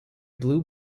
blue